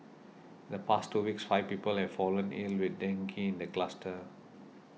the past two weeks five people have fallen ill with dengue in the cluster